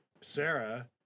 Sarah